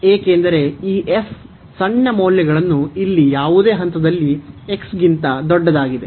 ಏಕೆಂದರೆ ಈ ಸಣ್ಣ ಮೌಲ್ಯಗಳನ್ನು ಇಲ್ಲಿ ಯಾವುದೇ ಹಂತದಲ್ಲಿ x ಗಿಂತ ದೊಡ್ಡದಾಗಿದೆ